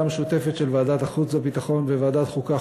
המשותפת של ועדת החוץ והביטחון וועדת החוקה,